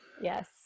Yes